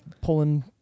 pulling